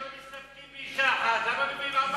למה אתם לא מסתפקים באשה אחת, למה אתם מביאים ארבע